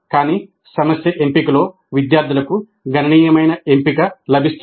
కానీ సమస్య ఎంపికలో విద్యార్థులకు గణనీయమైన ఎంపిక లభిస్తుంది